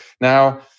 Now